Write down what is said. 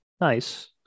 nice